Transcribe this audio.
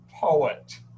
poet